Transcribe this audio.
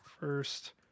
First